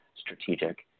strategic